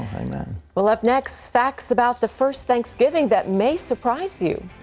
i mean but up next, facts about the first thanksgiving that may surprise you.